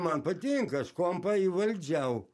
man patinka aš kompą įvaldžiau